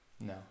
No